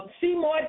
Seymour